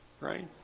right